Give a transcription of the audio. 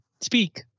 Speak